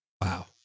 Wow